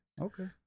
Okay